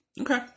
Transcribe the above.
Okay